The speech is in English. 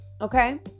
okay